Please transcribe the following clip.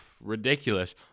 ridiculous